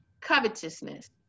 covetousness